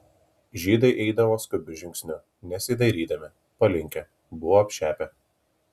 žydai eidavo skubiu žingsniu nesidairydami palinkę buvo apšepę